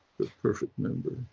the perfect member,